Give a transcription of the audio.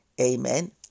Amen